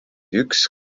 üks